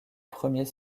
premier